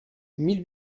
mille